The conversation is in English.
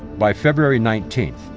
by february nineteenth,